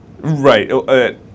right